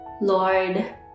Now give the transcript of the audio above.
Lord